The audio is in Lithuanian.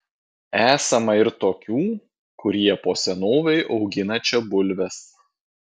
esama ir tokių kurie po senovei augina čia bulves